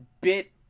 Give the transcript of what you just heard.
bit